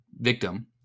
victim